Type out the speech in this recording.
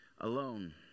alone